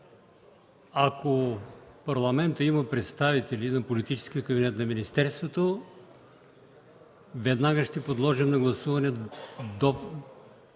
Ако в Парламента има представители на политическия кабинет на министерството, веднага ще подложа на гласуване